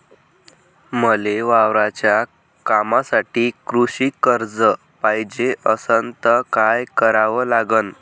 मले वावराच्या कामासाठी कृषी कर्ज पायजे असनं त काय कराव लागन?